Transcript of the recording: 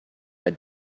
had